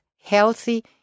healthy